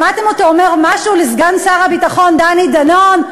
שמעתם אותו אומר משהו לסגן שר הביטחון דני דנון,